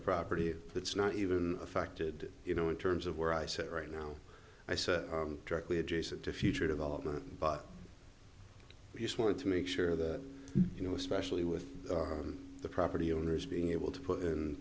the property you that's not even affected you know in terms of where i sit right now i said directly adjacent to future development but i just wanted to make sure that you know especially with the property owners being able to put